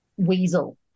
weasel